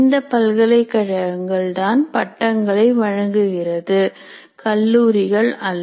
இந்த பல்கலைக் கழகங்கள் தான் பட்டங்களை வழங்குகிறது கல்லூரிகள் அல்ல